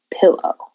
pillow